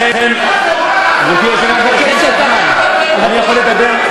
גברתי היושבת-ראש, אני יכול לדבר?